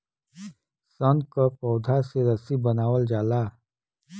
सन क पौधा से रस्सी बनावल जाला